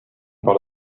par